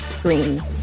green